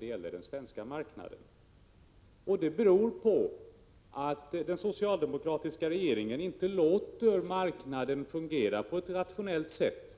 Det gäller den svenska marknaden, och det beror på att den socialdemokratiska regeringen inte låter marknaden fungera på ett rationellt sätt.